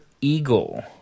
eagle